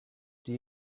did